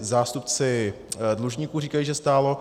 Zástupci dlužníků říkají, že stálo.